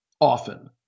often